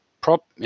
prop